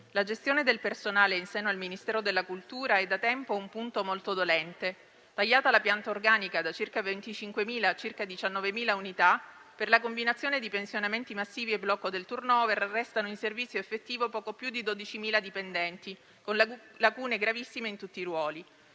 la gestione del personale in seno al Ministero della cultura è, da tempo, un punto molto dolente. Tagliata la pianta organica da circa 25.000 a circa 19.000 unità, stante la combinazione di pensionamenti massivi e blocco del *turnover*, restano in servizio effettivo poco più di 12.000 dipendenti, con lacune gravissime in tutti i ruoli.